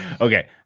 okay